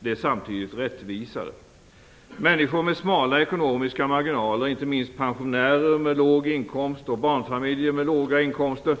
Det är samtidigt rättvisare. Människor med smala ekonomiska marginaler, inte minst pensionärer med låg inkomst och barnfamiljer med låga inkomster,